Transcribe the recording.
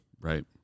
Right